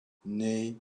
nee